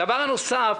דבר נוסף,